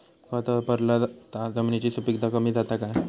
खत वापरला तर जमिनीची सुपीकता कमी जाता काय?